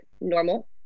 normal